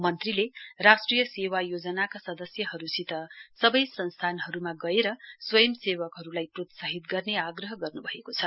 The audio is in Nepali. मन्त्रीले राष्ट्रिय सेवा योजनाका सदस्यहरूसित सबै संस्थानहरूमा भ्रमण गरेर स्वयंसेवकहरूलाई प्रोत्साहित गर्ने आग्रह गर्नभएको छ